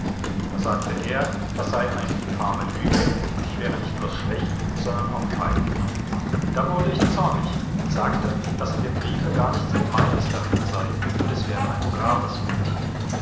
da sagte er das sei eine infame lüge und ich wäre nicht bloß schlecht sondern auch feig da wurde ich zornig und sagte daß in dem briefe gar nichts gemeines darin sei und es wäre ein braves mädchen